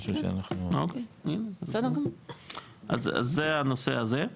אז זה הנושא הזה.